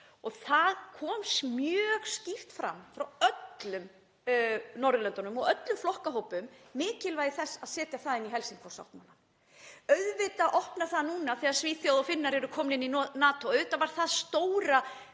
og það kom mjög skýrt fram frá öllum Norðurlöndunum og öllum flokkahópum mikilvægi þess að setja það inn í Helsingfors-sáttmálann. Auðvitað opnast það núna þegar Svíar og Finnar eru komnir inn í NATO, auðvitað var það stóra